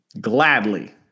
Gladly